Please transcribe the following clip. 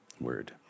Word